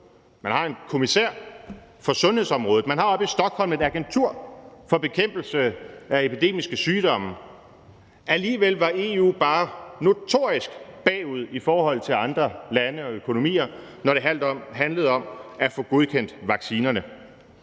Man har en kommissær for sundhedsområdet. Man har oppe i Stockholm et agentur for bekæmpelse af epidemiske sygdomme. Alligevel var EU bare notorisk bagud i forhold til andre lande og økonomier, når det handlede om at få godkendt vaccinerne.